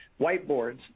whiteboards